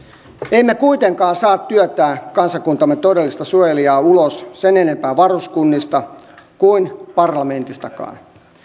emme kuitenkaan saa työntää kansakuntamme todellista suojelijaa ulos sen enempää varuskunnista kuin parlamentistakaan